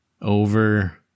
over